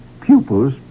pupils